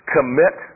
Commit